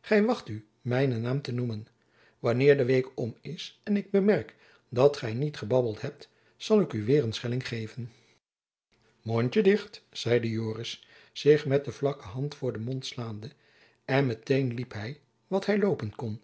gy wacht u mijnen naam te noemen wanneer de week om is en ik bemerk dat gy niet gebabbeld hebt zal ik u weêr een schelling geven mondtjen dicht zeide joris zich met de vlakke hand voor den mond slaande en met-een liep hy wat hy loopen kon